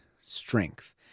strength